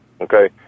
Okay